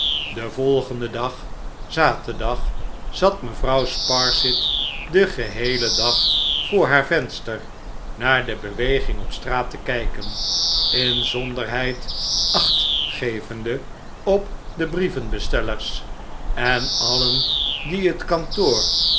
den volgenden dag zaterdag zat mevrouw sparsit den geheelen dag voor haar venster naar de beweging op straat te kijken inzonderheid acht gevende op de brievenbestellers en alien die het kantoor